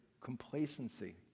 complacency